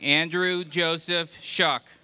andrew joseph shuck